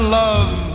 love